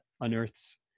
unearths